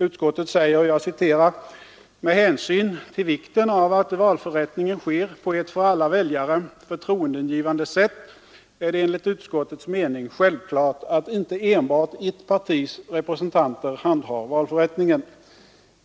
Utskottet säger: ”Med hänsyn till vikten av att valförrättningen sker på ett för alla väljare förtroendeingivande sätt är det enligt utskottets mening självklart att inte enbart ett partis representanter handhar valförrättningen.”